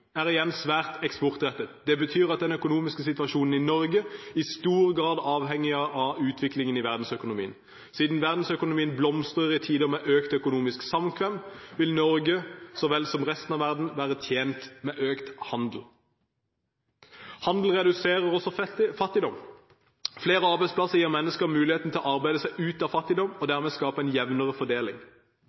er igjen svært eksportrettet. Det betyr at den økonomiske situasjonen i Norge i stor grad avhenger av utviklingen i verdensøkonomien. Siden verdensøkonomien blomstrer i tider med økt økonomisk samkvem, vil Norge, så vel som resten av verden, være tjent med økt handel. Handel reduserer også fattigdom. Flere arbeidsplasser gir mennesker muligheten til å arbeide seg ut av fattigdom og skaper dermed en jevnere fordeling.